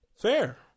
Fair